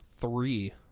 three